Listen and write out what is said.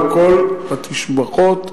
וכל התשבחות,